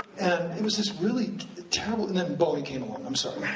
and it was this really terrible and then boeing came along, i'm sorry.